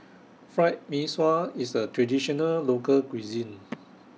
Fried Mee Sua IS A Traditional Local Cuisine